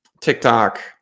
TikTok